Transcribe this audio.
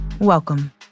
Welcome